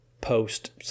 Post